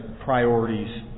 priorities